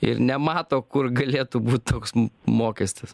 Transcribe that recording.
ir nemato kur galėtų būt toks m mokestis